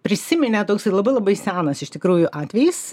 prisiminė toksai labai labai senas iš tikrųjų atvejis